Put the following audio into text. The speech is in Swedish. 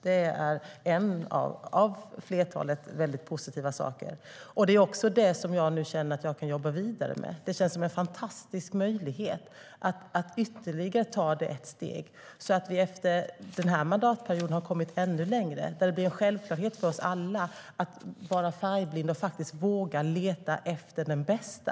Det är en av flera positiva insatser och något som jag känner att jag nu kan jobba vidare med. Det känns som en fantastisk möjlighet att ta det vidare så att vi efter mandatperioden har kommit ännu längre och att det är en självklarhet för oss alla att vara färgblinda och våga leta efter den bästa.